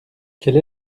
quelle